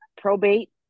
Probate